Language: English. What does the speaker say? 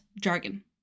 jargon